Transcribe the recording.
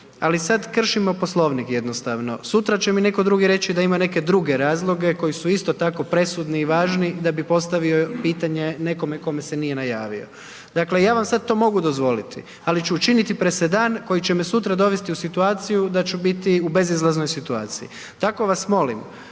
ali sada kršimo Poslovnik jednostavno. Sutra će mi neko drugi reći da ima neke druge razloge koji su isto tako presudni i važni da bi postavio pitanje nekome kome se nije najavio. Dakle, ja vam sada to mogu dozvoliti, ali ću učiniti presedan koji će me sutra dovesti u situaciju da ću biti u bezizlaznoj situaciji, tako vas molim